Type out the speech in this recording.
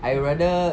I rather